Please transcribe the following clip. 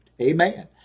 Amen